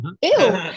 Ew